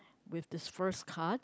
with the first card